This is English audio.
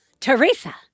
Teresa